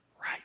right